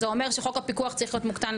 זה אומר שחוק הפיקוח צריך להיות מוקטן,